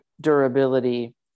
durability